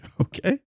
Okay